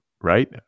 right